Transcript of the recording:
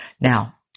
Now